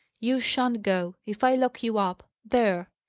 you shan't go if i lock you up! there!